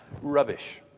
Rubbish